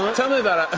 tell me about